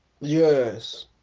Yes